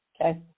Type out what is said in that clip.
Okay